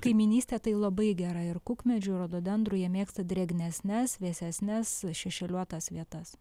kaimynystė tai labai gera ir kukmedžių rododendrų jie mėgsta drėgnesnes vėsesnes šešėliuotas vietas